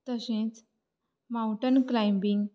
तशेंच mountain climbing